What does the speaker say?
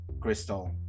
Crystal